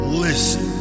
listen